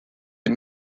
est